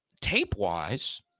tape-wise